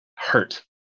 Hurt